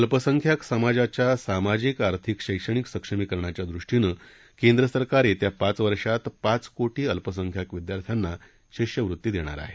अल्पसंख्याक समाजाच्या सामाजिक आर्थिक शैक्षणिक सक्षमीकरणाच्या दृष्टीनं केंद्र सरकार येत्या पाच वर्षात पाच कोटी अल्पसंख्याक विद्यार्थ्यांना शिष्यवृत्ती देणार आहे